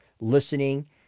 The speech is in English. listening